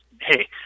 hey